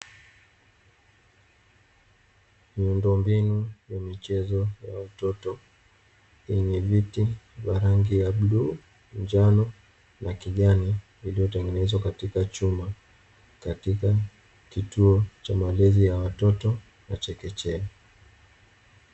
miundombinu ya michezo ya watoto yenye viti vya rangi ya bluu ,njano na kijani vilivyotengenezwa katika chuma katika kituo cha malezi ya watoto chekechea .